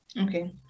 Okay